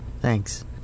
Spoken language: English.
Thanks